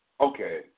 okay